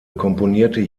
komponierte